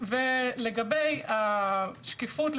לגבי השקיפות,